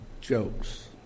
jokes